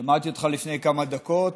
שמעתי אותך לפני כמה דקות,